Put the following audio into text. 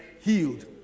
healed